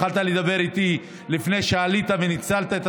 יכולת לדבר איתי לפני שעלית וניצלת את